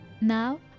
Now